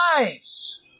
lives